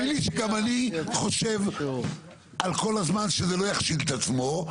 תאמין לי שגם אני חושב על כל הזמן שזה לא יכשיל את עצמו,